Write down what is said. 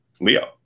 Leo